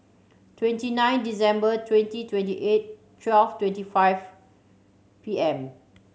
twenty nine December twenty twenty eight twelve twenty five P M